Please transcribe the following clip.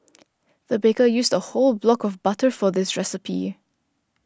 the baker used a whole block of butter for this recipe